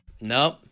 Nope